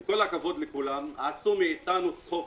עם כל הכבוד לכולם, עשו מאתנו צחוק.